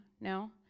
No